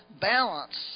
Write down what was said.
balance